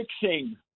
fixing